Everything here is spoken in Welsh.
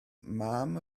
mam